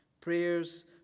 Prayers